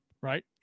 Right